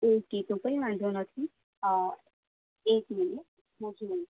okay તો કંઈ વાંધો નથી એક મિનિટ હું જોઈ લઉં